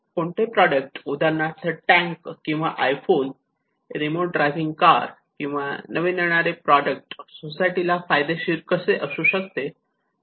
कोणतेही प्रॉडक्ट उदाहरणार्थ टँक किंवा आयफोन रिमोट ड्रायव्हिंग कार किंवा नवीन येणारे प्रॉडक्ट सोसायटीला फायदेशीर कसे असू शकते